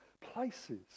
places